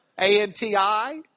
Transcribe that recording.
A-N-T-I